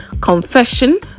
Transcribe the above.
Confession